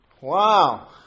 Wow